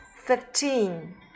fifteen